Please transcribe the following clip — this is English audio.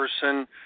person